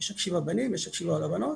יש "הקשיבה" בנים, יש "הקשיבה" לבנות